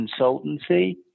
consultancy